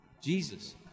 jesus